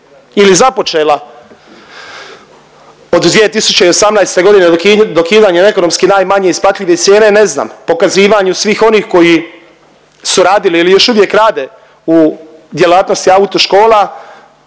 ili započela od 2018.g. dokidanjem ekonomski najmanje isplatljive cijene, ne znam. Pokazivanju svih onih koji su radili ili još uvijek rade u djelatnosti autoškola